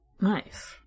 Nice